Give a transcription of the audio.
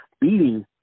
beating